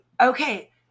okay